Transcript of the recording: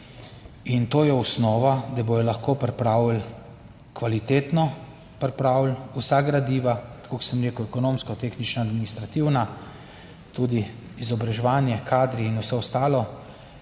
In to je osnova, da bodo lahko pripravili, kvalitetno pripravili vsa gradiva, tako kot sem rekel, ekonomsko tehnično administrativna, tudi izobraževanje, kadri in vse ostalo,